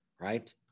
right